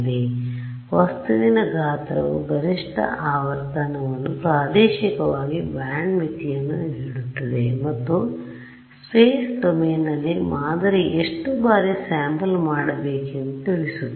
ಆದ್ದರಿಂದ ವಸ್ತುವಿನ ಗಾತ್ರವು ಗರಿಷ್ಠ ಆವರ್ತನವನ್ನು ಪ್ರಾದೇಶಿಕವಾಗಿ ಬ್ಯಾಂಡ್ ಮಿತಿಯನ್ನು ನೀಡುತ್ತದೆ ಮತ್ತು ಸ್ಪೇಸ್ ಡೊಮೇನ್ನಲ್ಲಿ ಮಾದರಿ ಎಷ್ಟು ಬಾರಿ ಸ್ಯಾಂಪಲ್ ಮಾಡಬೇಕೆಂದು ತಿಳಿಸುತ್ತದೆ